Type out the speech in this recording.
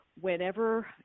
whenever